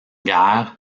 guerre